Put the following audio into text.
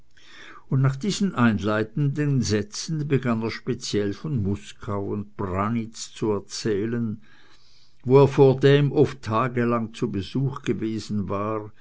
und nach diesen einleitenden sätzen begann er speziell von muskau und branitz zu erzählen wo er vordem oft tagelang zu besuch gewesen war